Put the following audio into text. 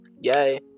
Yay